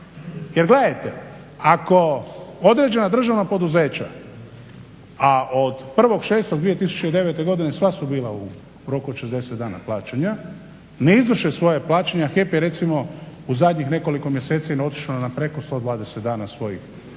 Jer gledajte, ako određena državna poduzeća, a od 1.6.2009. godine sva su bila u roku od 60 dna plaćanja ne izvrše svoje plaćanje, a HEP je recimo u zadnjih nekoliko mjeseci otišlo na preko 120 dana svojih